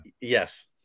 Yes